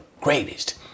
greatest